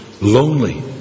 lonely